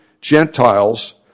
Gentiles